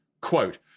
quote